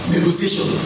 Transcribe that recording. Negotiation